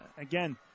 Again